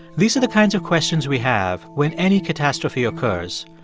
these are the kinds of questions we have when any catastrophe occurs,